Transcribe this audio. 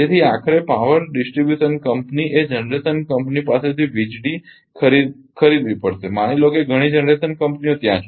તેથી આખરે power distribution કંપનીએ જનરેશન કંપની પાસેથી વીજળીપાવર ખરીદવી પડશે માની લો કે ઘણી જનરેશન કંપનીઓ ત્યાં છે